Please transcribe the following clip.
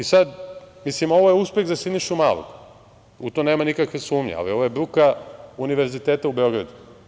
Ovo je uspeh za Sinišu Malog, u to nema nikakve sumnje, ali ovo je bruka Univerziteta u Beogradu.